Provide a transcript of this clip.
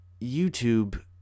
YouTube